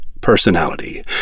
personality